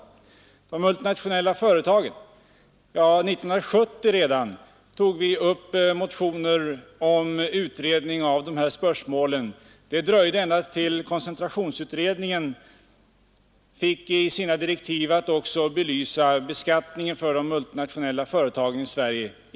Vad beträffar de multinationella företagen tog vi redan 1970 i en motion upp frågan om en utredning av dessa spörsmål, men det dröjde ändå tills dess koncentrationsutredningen i tilläggsdirektiv fick i uppdrag att belysa beskattningen av de multinationella företagen i Sverige.